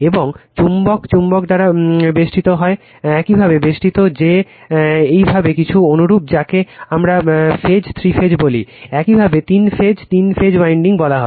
এবং চুম্বক চুম্বক দ্বারা বেষ্টিত হয় একইভাবে বেষ্টিত যে একইভাবে কিছু অনুরূপ যাকে আমরা ফেজ থ্রি ফেজ বলি একইভাবে তিন ফেজ তিন ফেজ ওয়াইন্ডিং বলা হয়